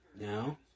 Now